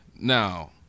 Now